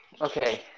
Okay